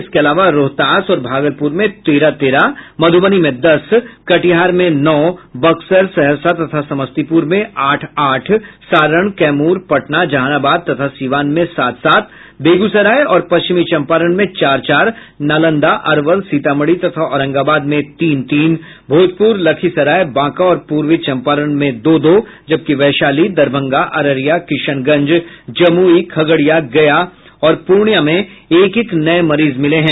इसके अलावा रोहतास और भागलपुर में तेहर तेरह मुधबनी में दस कटिहार में नौ बक्सर सहरसा तथा समस्तीपुर में आठ आठ सारण कैमूर पटना जहनाबाद तथा सिवान में सात सात बेगूसराय और पश्चिमी चंपारण में चार चार नालंदा अरवल सीतामढ़ी तथा औरंगाबाद में तीन तीन भोजपुर लखीसराय बांका और पूर्वी चंपारण में दो दो जबकि वैशाली दरभंगा अररिया किशनगंज जमुई खगड़िया गया और पूर्णिया में एक एक नये मरीज मिले हैं